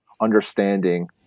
understanding